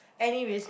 anyways